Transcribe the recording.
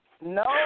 No